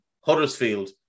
Huddersfield